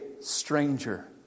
stranger